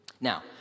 Now